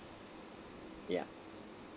ya